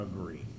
agree